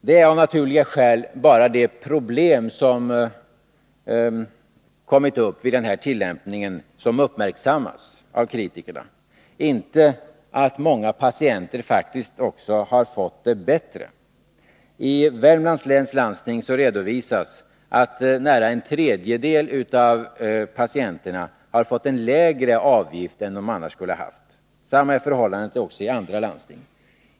Det är av naturliga skäl bara de problem som kommit upp vid tillämpningen som uppmärksammats av kritikerna —- inte att många patienter faktiskt har fått det bättre. Från Värmlands läns landsting redovisas att en tredjedel av patienterna fått en lägre avgift än de annars skulle ha haft. Samma är förhållandet också i andra landsting.